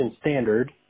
standard